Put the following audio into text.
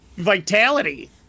vitality